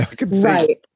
Right